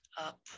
up